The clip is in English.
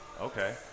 Okay